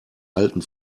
alten